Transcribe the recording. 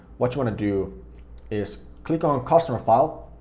what you want to do is click on customer file,